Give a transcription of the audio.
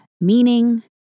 meaning